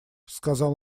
сказал